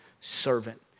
servant